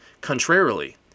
Contrarily